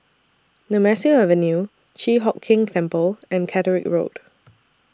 Nemesu Avenue Chi Hock Keng Temple and Catterick Road